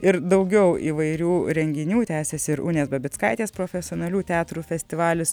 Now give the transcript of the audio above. ir daugiau įvairių renginių tęsiasi ir unės babickaitės profesionalių teatrų festivalis